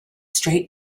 straight